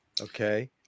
Okay